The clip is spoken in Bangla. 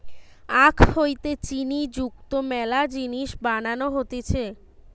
আখ হইতে চিনি যুক্ত মেলা জিনিস বানানো হতিছে